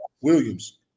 Williams